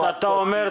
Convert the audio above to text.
אתה אומר,